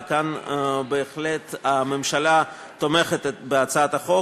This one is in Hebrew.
וכאן בהחלט הממשלה תומכת בהצעת החוק.